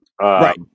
Right